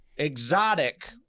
exotic